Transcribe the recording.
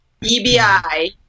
EBI